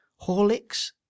Horlicks